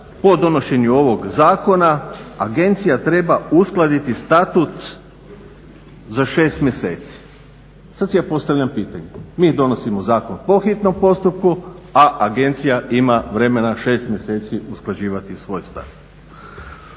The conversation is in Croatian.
po donošenju ovoga Zakona agencija treba uskladiti statut za 6 mjeseci. Sada si ja postavljam pitanje, mi donosimo zakon po hitnom postupku a agencija ima vremena 6 mjeseci usklađivati svoj stav.